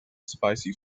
spicy